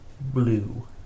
blue